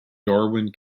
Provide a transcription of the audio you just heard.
darwen